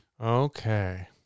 Okay